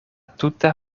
tuta